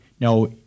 now